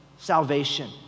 salvation